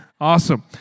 Awesome